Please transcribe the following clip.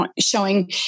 showing